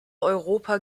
europa